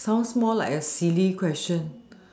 sounds more like a silly question